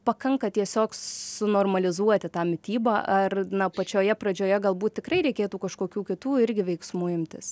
pakanka tiesiog sunormalizuoti tą mitybą ar na pačioje pradžioje galbūt tikrai reikėtų kažkokių kitų irgi veiksmų imtis